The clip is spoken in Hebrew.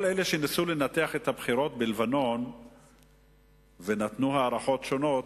כל אלה שניסו לנתח את הבחירות בלבנון ונתנו הערכות שונות,